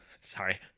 Sorry